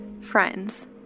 Friends